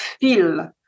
feel